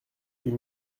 huit